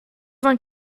vingt